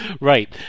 Right